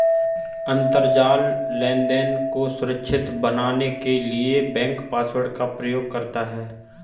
अंतरजाल लेनदेन को सुरक्षित बनाने के लिए बैंक पासवर्ड का प्रयोग करता है